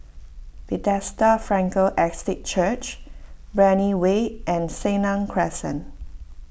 Bethesda Frankel Estate Church Brani Way and Senang Crescent